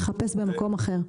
וצריך לחפש במקום אחר.